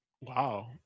Wow